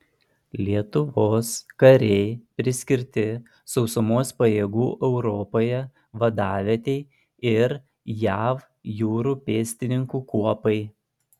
lietuvos kariai priskirti sausumos pajėgų europoje vadavietei ir jav jūrų pėstininkų kuopai